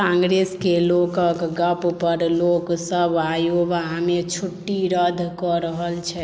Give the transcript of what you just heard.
कांग्रेसके लोकक गपपर लोकसभ आयोवामे छुट्टी रद्द कऽ रहल छथि